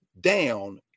down